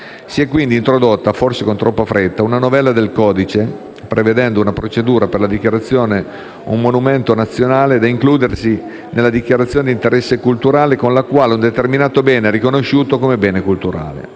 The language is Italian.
Si è quindi introdotta, forse con troppa fretta, una novella nel codice, prevedendo una procedura per dichiarare un monumento come nazionale, da includersi nella dichiarazione di interesse culturale, con la quale un determinato bene è riconosciuto come bene culturale.